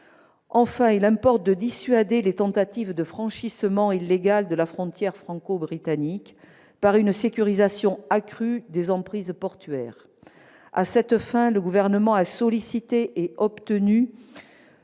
Enfin, il importe de dissuader les tentatives de franchissement illégal de la frontière franco-britannique par une sécurisation accrue des emprises portuaires. À cette fin, le Gouvernement a sollicité et obtenu